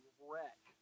wreck